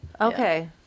Okay